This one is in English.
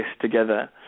together